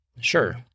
Sure